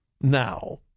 now